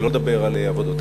שלא לדבר על עבודות.